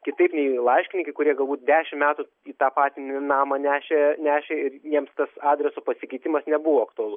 kitaip nei laiškininkai kurie galbūt dešim metų į tą patį namą nešė nešė ir jiems tas adreso pasikeitimas nebuvo aktualu